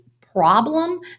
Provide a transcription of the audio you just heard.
problem